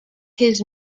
his